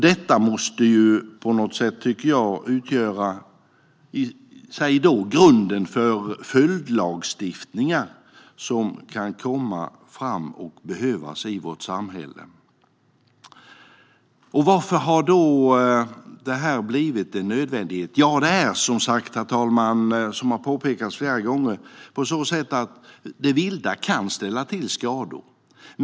Detta måste på något sätt, tycker jag, utgöra grunden för följdlagstiftningar som kan komma att behövas i vårt samhälle. Varför har då detta blivit en nödvändighet? Ja, herr talman, som det har påpekats flera gånger kan det vilda ställa till skador.